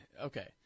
okay